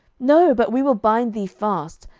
no but we will bind thee fast,